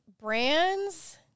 brands